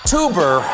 Tuber